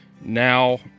now